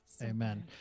amen